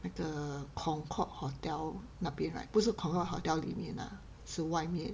那个 concorde hotel 那边 right 不是 concorde hotel 里面啦是外面